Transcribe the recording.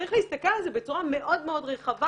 וצריך להסתכל על זה בצורה מאוד מאוד רחבה,